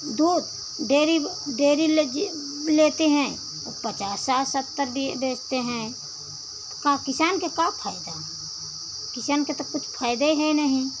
दो dairy dairy लगी लेते हैं और पचासा सत्तर देखते हैं का किसान के का फायदा किसान के तो कुछ फायदा हैं नहीं